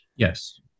Yes